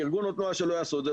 ארגון או תנועה שלא יעשו את זה,